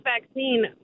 vaccine